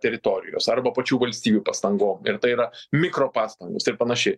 teritorijos arba pačių valstybių pastangom ir tai yra mikro pastangos ir panašiai